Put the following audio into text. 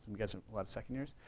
got a lot of second years,